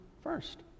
first